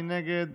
מי נגד?